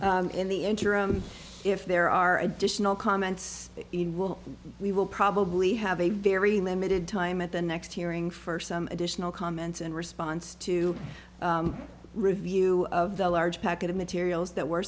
in the interim if there are additional comments in will we will probably have a very limited time at the next hearing for some additional comments in response to review of the large packet of materials that were